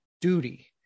duty